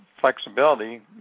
flexibility